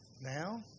now